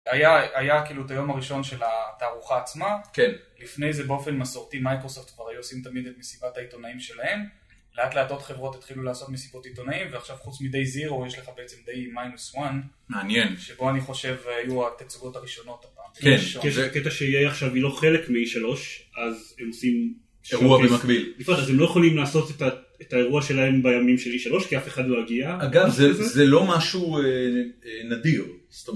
היה היה כאילו את היום הראשון של התערוכה עצמה. -כן. -לפני זה באופן מסורתי מייקרוסuפט כבר היו עושים תמיד את מסיבת העיתונאים שלהם. לאט לאט עוד חברות התחילו לעשות מסיבות עיתונאים, ועכשיו חוץ מ-day zero יש לך בעצם day minus one -מעניין. -שבו אני חושב היו התצוגות הראשונות. -כן, זה קטע ש-A היא עכשיו היא לא חלק מ-3, אז הם עושים... -אירוע במקביל. בפרט הם לא יכולים לעשות את האירוע שלהם בימים של E3 כי אף אחד לא יגיע. -אגב, זה לא משהו נדיר' זאת...